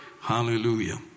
hallelujah